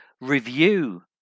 review